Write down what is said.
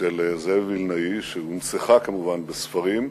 של זאב וילנאי, שהונצחה כנראה בספרים,